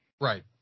Right